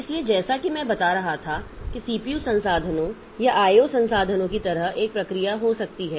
इसलिए जैसा कि मैं बता रहा था कि सीपीयू संसाधनों या IO संसाधनों की तरह एक प्रक्रिया हो सकती है